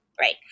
Right